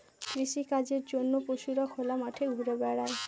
কৃষিকাজের জন্য পশুরা খোলা মাঠে ঘুরা বেড়ায়